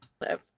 live